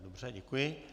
Dobře, děkuji.